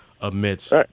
amidst